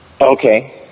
Okay